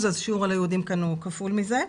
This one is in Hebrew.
אז שיעור הלא יהודים כאן הוא כפול מזה.